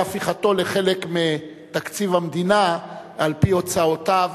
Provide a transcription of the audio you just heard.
הפיכתו לחלק מתקציב המדינה על-פי הוצאותיו.